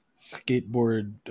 skateboard